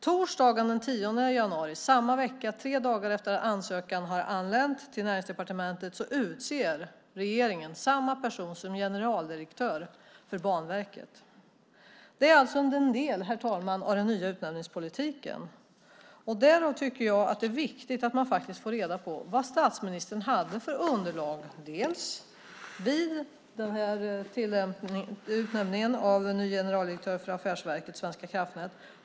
Torsdagen den 10 januari - samma vecka och tre dagar efter det att ansökan anlänt till Näringsdepartementet - utser regeringen samma person till generaldirektör för Banverket. Detta är alltså, herr talman, en del av den nya utnämningspolitiken. Jag tycker att det är viktigt att få reda på vilket underlag statsministern hade vid utnämningen av en ny generaldirektör för Affärsverket svenska kraftnät.